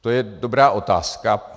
To je dobrá otázka.